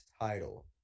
title